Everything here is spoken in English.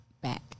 back